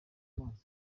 amaso